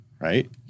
right